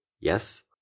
Yes